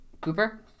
Cooper